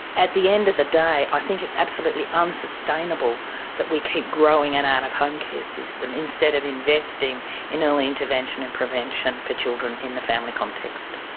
at the end of the day i think it's absolutely unsustainable that we keep growing an out-of-home care system instead of investing in early intervention and prevention for children in the family context.